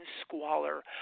squalor